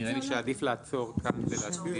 נראה לי שעדיף לעצור כאן ולהסביר.